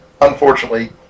unfortunately